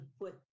put